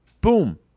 boom